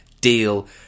deal